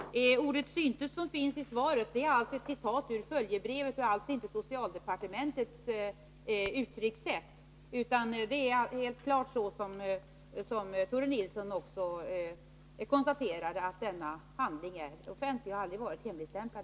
Herr talman! Ordet ”syntes”, som finns i svaret, är hämtat ur följebrevet, och det är alltså inte socialdepartementets uttryckssätt. Det är helt klart på det sättet, som Tore Nilsson också konstaterar, att denna handling är offentlig och att den aldrig varit hemligstämplad.